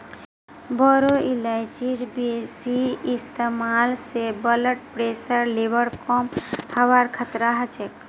बोरो इलायचीर बेसी इस्तमाल स ब्लड प्रेशरेर लेवल कम हबार खतरा ह छेक